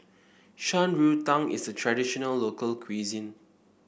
Shan Rui Tang is a traditional local cuisine